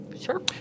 Sure